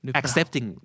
accepting